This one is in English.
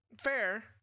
Fair